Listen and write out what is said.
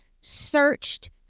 searched